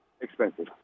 expensive